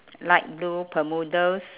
light blue bermudas